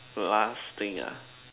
the last thing ah